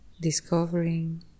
discovering